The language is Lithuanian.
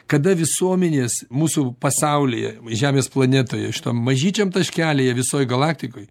kada visuomenės mūsų pasaulyje žemės planetoje šitam mažyčiam taškelyje visoj galaktikoj